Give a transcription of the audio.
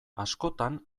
askotan